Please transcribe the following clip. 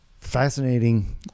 fascinating